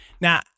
Now